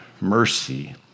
mercy